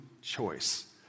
choice